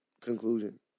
conclusion